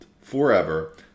forever